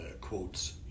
quotes